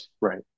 Right